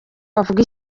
bavuga